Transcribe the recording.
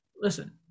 listen